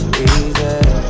easy